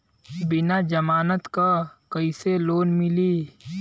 बिना जमानत क कइसे लोन मिली?